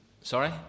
Sorry